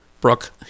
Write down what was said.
Brooke